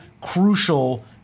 crucial